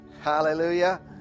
Hallelujah